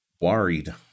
worried